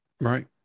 Right